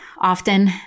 often